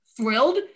thrilled